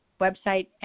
website